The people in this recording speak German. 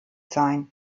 sein